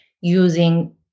using